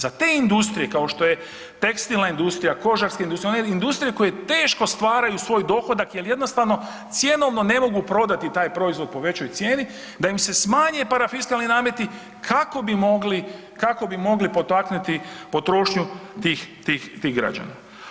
Za te industrije kao što je tekstilna industrija, kožarska industrija one industrije koje teško stvaraju svoj dohodak jer jednostavno cjenovno ne mogu prodati taj proizvod po većoj cijeni, da im se smanje parafiskalni nameti kako bi mogli, kako bi mogli potaknuti potrošnju tih građana.